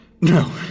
No